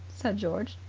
said george.